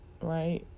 right